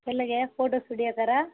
சொல்லுங்கள் ஃபோட்டோ ஸ்டூடியோகாரா